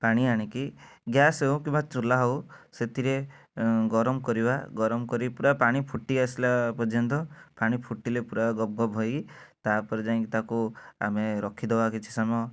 ପାଣି ଆଣିକି ଗ୍ଯାସ ହଉ କିମ୍ବା ଚୁଲା ହଉ ସେଥିରେ ଗରମ କରିବା ଗରମ କରି ପୁରା ପାଣି ଫୁଟି ଆସିଲା ପର୍ଯ୍ୟନ୍ତ ପାଣି ଫୁଟିଲେ ପୁରା ଗବ ଗବ ହୋଇ ତାପରେ ଯାଇଁକି ତାକୁ ଆମେ ରଖିଦେବା କିଛି ସମୟ